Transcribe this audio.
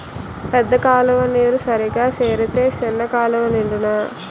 పెద్ద కాలువ నీరు సరిగా సేరితే సిన్న కాలువలు నిండునా